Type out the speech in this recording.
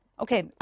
okay